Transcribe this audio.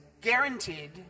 guaranteed